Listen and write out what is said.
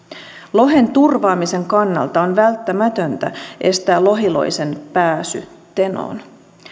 lohen turvaamisen kannalta on välttämätöntä estää lohiloisen pääsy tenoon